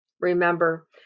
Remember